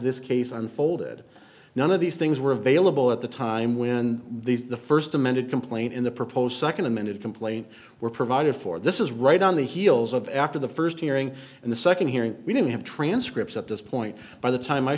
this case unfolded none of these things were available at the time when these the first amended complaint in the proposed second amended complaint were provided for this is right on the heels of after the first hearing and the second hearing we didn't have transcripts at this point by the time i